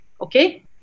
okay